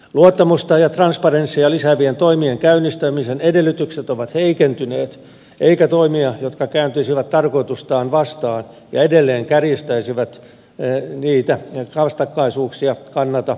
luottamusta ja transparenssia lisäävien toimien käynnistämisen edellytykset ovat heikentyneet eikä toimia jotka kääntyisivät tarkoitustaan vastaan ja edelleen kärjistäisivät niitä vastakkaisuuksia kannata jatkaa